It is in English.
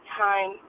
time